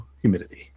humidity